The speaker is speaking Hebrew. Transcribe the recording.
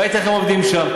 ראית איך הם עובדים שם.